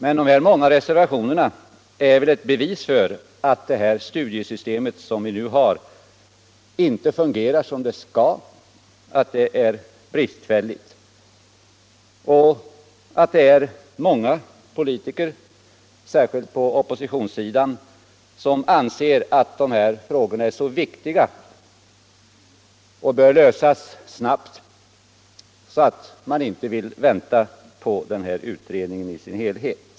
Men de här många reservationerna är ett bevis för att det studiesystem vi nu har inte fungerar som det skall, att det är bristfälligt och att det är många politiker — särskilt på oppositionssidan — som anser att de här frågorna är så viktiga, och bör lösas snabbt, att de inte vill vänta på utredningen i dess helhet.